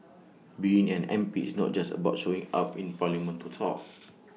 being an M P is not just about showing up in parliament to talk